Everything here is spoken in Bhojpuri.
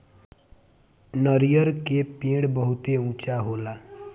नरियर के पेड़ बहुते ऊँचा होला